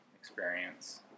experience